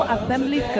Assembly